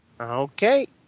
Okay